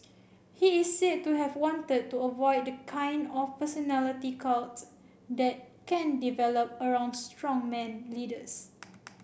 he is said to have wanted to avoid the kind of personality cult that can develop around strongman leaders